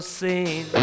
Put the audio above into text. seen